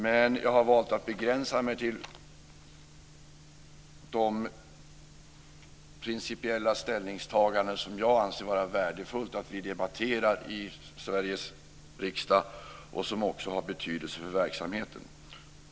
Men jag har valt att begränsa mig till de principiella ställningstaganden som jag anser vara värdefullt att vi debatterar i Sveriges riksdag och som också har betydelse för verksamheten.